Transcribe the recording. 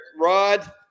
Rod